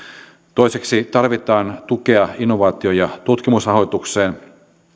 toiseksi tarvitaan tukea innovaatio ja tutkimusrahoitukseen